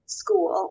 school